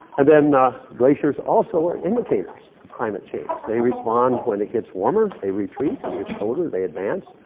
and then glaciers also are indicators of climate change. they respond when it gets warmer. they retreat when it gets colder. they advance.